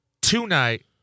tonight